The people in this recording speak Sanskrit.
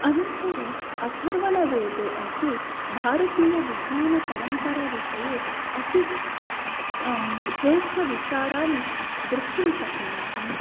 अनन्तरं अथर्वणवेदे अपि भारतीय विज्ञानपरम्परा विषये अति श्रेष्ठ विचारान् द्रष्टुं शक्नुमः